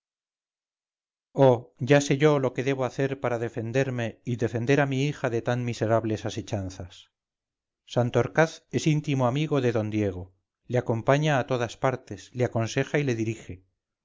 ya sé lo que debo hacer para defenderme y defender a mi hija de tan miserables asechanzas santorcaz es íntimo amigo de d diego le acompaña a todas partes le aconseja y le dirige